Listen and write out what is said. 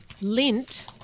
lint